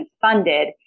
funded